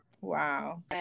Wow